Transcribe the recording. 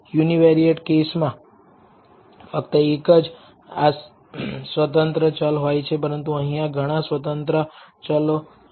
univariate કેસમાં ફક્ત એક જ આશ્રિત ચલ હોય છે પરંતુ અહીંયાં ઘણા આશ્રિત ચલ છે